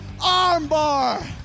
Armbar